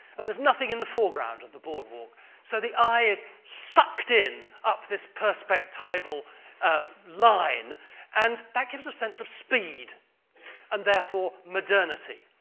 and there's nothing in the foreground of the boardwalk so the eye is sucked in up this perspectival ah line and that gives a sense of speed and therefore, modernity.